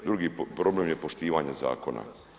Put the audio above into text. Drugi problem je poštivanje zakona.